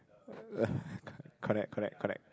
uh correct correct correct